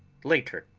later.